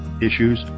issues